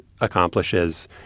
accomplishes